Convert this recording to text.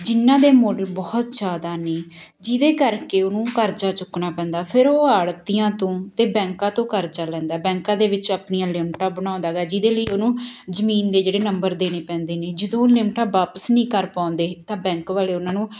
ਜਿਨ੍ਹਾਂ ਦੇ ਮੁੱਲ ਬਹੁਤ ਜ਼ਿਆਦਾ ਨੇ ਜਿਹਦੇ ਕਰਕੇ ਉਹਨੂੰ ਕਰਜਾ ਚੁੱਕਣਾ ਪੈਂਦਾ ਫਿਰ ਉਹ ਆੜਤੀਆਂ ਤੋਂ ਅਤੇ ਬੈਂਕਾਂ ਤੋਂ ਕਰਜਾ ਲੈਂਦਾ ਬੈਂਕਾਂ ਦੇ ਵਿੱਚ ਆਪਣੀਆਂ ਲਿਮਟਾਂ ਬਣਾਉਂਦਾ ਗਾ ਜਿਹਦੇ ਲਈ ਉਹਨੂੰ ਜ਼ਮੀਨ ਦੇ ਜਿਹੜੇ ਨੰਬਰ ਦੇਣੇ ਪੈਂਦੇ ਨੇ ਜਦੋਂ ਉਹ ਲਿਮਟਾਂ ਵਾਪਿਸ ਨਹੀਂ ਕਰ ਪਾਉਂਦੇ ਤਾਂ ਬੈਂਕ ਵਾਲੇ ਉਹਨਾਂ ਨੂੰ